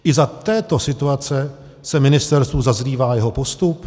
I za této situace se ministerstvu zazlívá jeho postup?